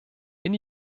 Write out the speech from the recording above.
bin